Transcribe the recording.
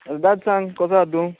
रोहिदास सांग कसो आसा तूं